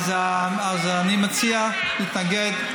אז התשובה תהיה נגד.